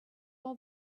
all